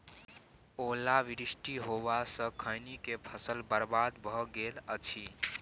ओला वृष्टी होबा स खैनी के फसल बर्बाद भ गेल अछि?